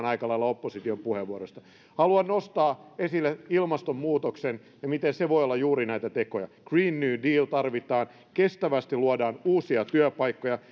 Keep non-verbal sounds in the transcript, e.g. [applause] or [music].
[unintelligible] aika lailla uupumaan opposition puheenvuoroista haluan nostaa esille ilmastonmuutoksen ja miten se voi olla juuri näitä tekoja green new deal tarvitaan kestävästi luodaan uusia työpaikkoja [unintelligible]